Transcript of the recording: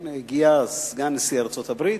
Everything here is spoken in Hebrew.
הנה, הגיע סגן נשיא ארצות-הברית,